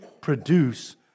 produce